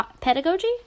pedagogy